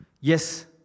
yes